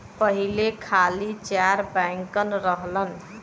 पहिले खाली चार बैंकन रहलन